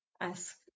ask